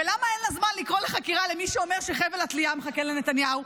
ולמה אין לה זמן לקרוא לחקירה למי שאומר שחבל התלייה מחכה לנתניהו,